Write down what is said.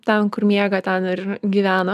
ten kur miega ten ir gyvena